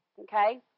Okay